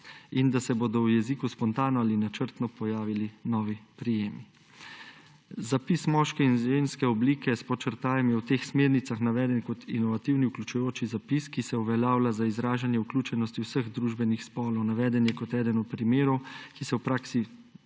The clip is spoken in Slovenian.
in da se bodo v jeziku spontano ali načrtno pojavili novi prijemi«. Zapis moške in ženske oblike s podčrtajem je v teh smernicah naveden kot inovativni vključujoči zapis, ki se uveljavlja za izražanje vključenosti vseh družbenih spolov. Naveden je kot eden od primerov, ki naj bi se v praksi